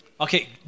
Okay